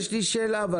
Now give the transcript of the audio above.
יש לי שאלה אבל,